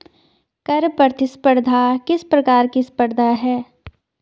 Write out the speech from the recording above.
कर प्रतिस्पर्धा किस प्रकार की स्पर्धा है?